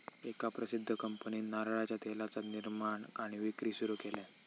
एका प्रसिध्द कंपनीन नारळाच्या तेलाचा निर्माण आणि विक्री सुरू केल्यान